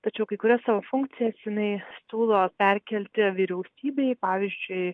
tačiau kai kurias savo funkcijas jinai siūlo perkelti vyriausybei pavyzdžiui